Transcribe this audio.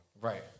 Right